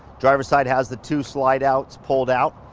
driver's side has the two slide outs pulled out.